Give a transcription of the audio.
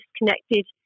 disconnected